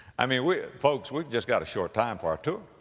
i mean, we, folks, we've just got a short time for our tour.